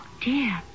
dear